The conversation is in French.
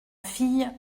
fille